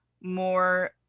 more